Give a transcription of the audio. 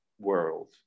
world